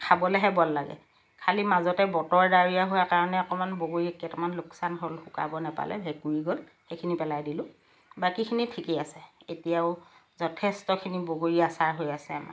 খাবলৈহে বল লাগে খালি মাজতে বতৰ ডাৱৰীয়া হোৱাৰ কাৰণে অকণমান বগৰী কেইটামান লোকচান হ'ল শুকাব নাপালে ভেঁকুৰি গ'ল সেইখিনি পেলাই দিলোঁ বাকীখিনি ঠিকেই আছে এতিয়াও যথেষ্টখিনি বগৰী আচাৰ হৈ আছে আমাৰ